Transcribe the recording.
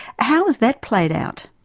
how is that played out?